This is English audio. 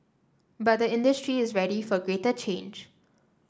but the industry is ready for greater change